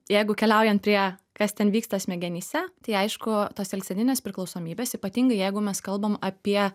jeigu keliaujant prie kas ten vyksta smegenyse tai aišku tos elgseninės priklausomybės ypatingai jeigu mes kalbam apie